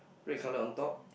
red colour on top